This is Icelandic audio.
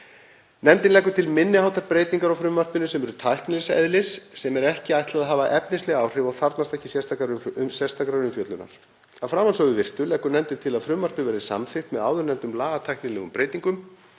Nefndin leggur til minni háttar breytingar á frumvarpinu sem eru tæknilegs eðlis og er ekki ætlað að hafa efnisleg áhrif og þarfnast ekki sérstakrar umfjöllunar. Að framansögðu virtu leggur nefndin til að frumvarpið verði samþykkt með áðurnefndum lagatæknilegum breytingum.